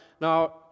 Now